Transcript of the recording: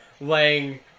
laying